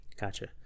Gotcha